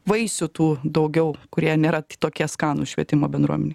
vaisių tų daugiau kurie nėra tokie skanūs švietimo bendruomenei